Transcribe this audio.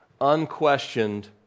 Unquestioned